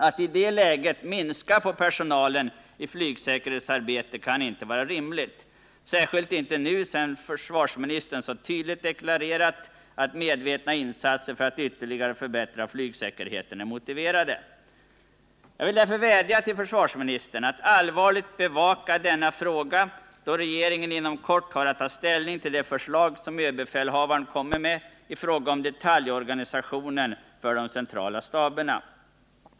Att i det läget minska på personalen i flygsäkerhetsarbetet kan inte vara rimligt, särskilt inte nu sedan försvarsministern så tydligt deklarerat att medvetna insatser för att ytterligare förbättra flygsäkerheten är motiverade. Jag vill därför vädja till försvarsministern att allvarligt bevaka denna fråga då regeringen inom kort har att ta ställning till det förslag som ÖB kommer med i fråga om detaljorganisation för de centrala staberna.